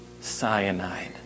cyanide